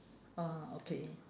ah okay